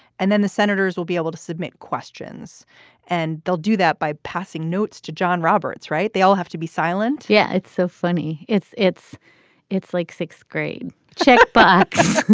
and then the senators will be able to submit questions and they'll do that by passing notes to john roberts. right. they all have to be silent yeah. it's so funny. it's it's it's like sixth grade check back.